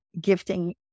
gifting